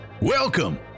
welcome